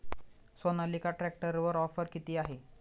सोनालिका ट्रॅक्टरवर ऑफर किती आहे?